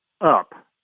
up